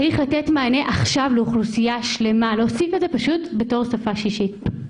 צריך לתת מענה עכשיו לאוכלוסייה שלמה להוסיף את זה פשוט כשפה שישית.